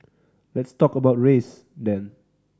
let's talk about race then